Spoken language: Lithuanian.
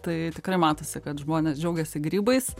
tai tikrai matosi kad žmonės džiaugiasi grybais